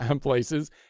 places